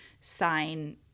sign